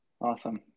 Awesome